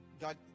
god